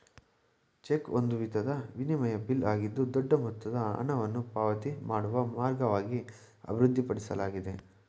check ಒಂದು ವಿಧದ ವಿನಿಮಯ ಬಿಲ್ ಆಗಿದ್ದು ದೊಡ್ಡ ಮೊತ್ತದ ಹಣವನ್ನು ಪಾವತಿ ಮಾಡುವ ಮಾರ್ಗವಾಗಿ ಅಭಿವೃದ್ಧಿಪಡಿಸಲಾಗಿದೆ